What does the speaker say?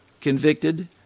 convicted